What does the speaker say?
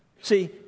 See